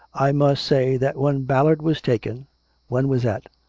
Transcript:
i must say that when ballard was taken when was that?